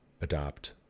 adopt